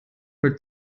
mit